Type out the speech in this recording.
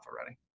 already